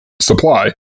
supply